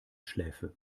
schläfe